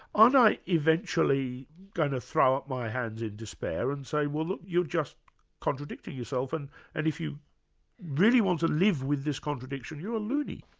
aren't i eventually going to throw up my hands in despair and say, well look, you're just contradicting yourself and and if you really want to live with this contradiction, you're a loony.